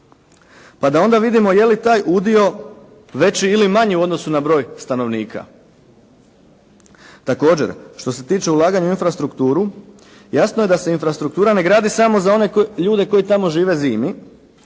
pa da onda vidimo je li taj udio veći ili manji u odnosu na broj stanovnika. Također, što se tiče ulaganja u infrastrukturu jasno je da se infrastruktura ne gradi samo za one ljude koji tamo žive zimi